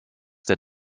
der